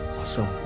Awesome